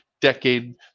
decade